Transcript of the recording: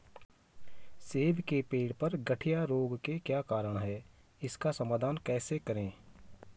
सेब के पेड़ पर गढ़िया रोग के क्या कारण हैं इसका समाधान कैसे करें?